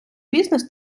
бізнес